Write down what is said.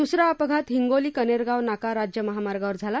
दुसरा अपघात हिंगोली कनेरगाव नाका राज्य महामार्गावर झाला